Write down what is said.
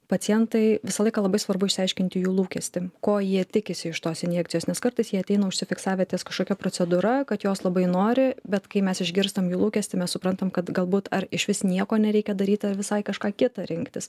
pacientai visą laiką labai svarbu išsiaiškinti jų lūkestį ko jie tikisi iš tos injekcijos nes kartais jie ateina užsifiksavę ties kažkokia procedūra kad jos labai nori bet kai mes išgirstam jų lūkestį mes suprantam kad galbūt ar išvis nieko nereikia daryti visai kažką kitą rinktis